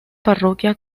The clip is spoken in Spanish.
parroquia